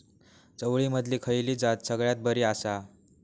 चवळीमधली खयली जात सगळ्यात बरी आसा?